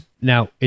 Now